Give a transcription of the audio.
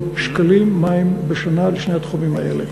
שקלים מים בשנה, לשני התחומים האלה.